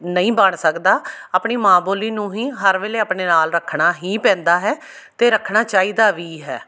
ਨਹੀਂ ਬਣ ਸਕਦਾ ਆਪਣੀ ਮਾਂ ਬੋਲੀ ਨੂੰ ਹੀ ਹਰ ਵੇਲੇ ਆਪਣੇ ਨਾਲ਼ ਰੱਖਣਾ ਹੀ ਪੈਂਦਾ ਹੈ ਅਤੇ ਰੱਖਣਾ ਚਾਹੀਦਾ ਵੀ ਹੈ